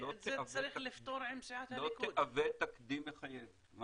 לא תהווה תקדים מחייב...